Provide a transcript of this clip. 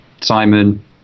Simon